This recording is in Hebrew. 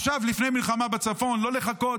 עכשיו, לפני מלחמה בצפון, לא לחכות.